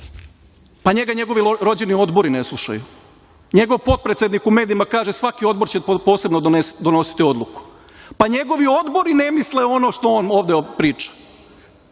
Njega njegovi rođeni odbori ne slušaju. Njegov potpredsednik u medijima kaže – svaki odbor će posebno donositi odluku. Njegovi odbori ne misle ono što on ovde priča.